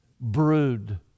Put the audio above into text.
brood